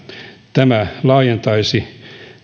tämä laajentaisi